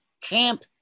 camp